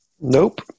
Nope